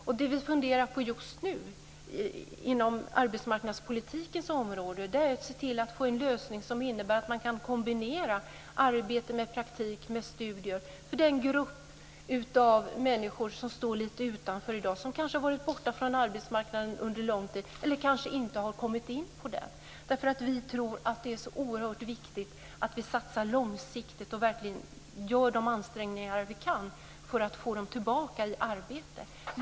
Det som vi funderar på just nu på arbetsmarknadspolitikens område är att se till att få en lösning som innebär att man kan kombinera arbete med praktik och med studier. Detta gäller den grupp av människor som står lite utanför i dag. De kanske har varit borta från arbetsmarknaden under lång tid eller kanske aldrig har kommit in på den. Vi tror nämligen att det är oerhört viktigt att vi satsar långsiktigt, och verkligen gör de ansträngningar vi kan för att få dessa människor tillbaka i arbete.